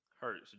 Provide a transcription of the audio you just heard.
Hurts